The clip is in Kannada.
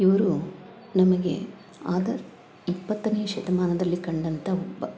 ಇವರು ನಮಗೆ ಆದರೆ ಇಪ್ಪತ್ತನೆ ಶತಮಾನದಲ್ಲಿ ಕಂಡಂತ ಒಬ್ಬ